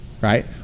right